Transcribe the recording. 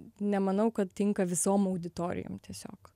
nemanau kad tinka visom auditorijom tiesiog